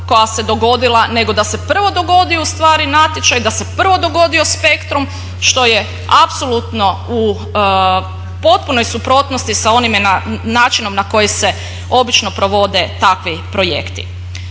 koja se dogodila nego da se prvo dogodi ustvari natječaj, da se prvo dogodio Spektrum što je apsolutno u potpunoj suprotnosti sa onim načinom na koji se obično provode takvi projekti.